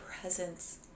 presence